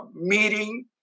meeting